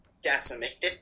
decimated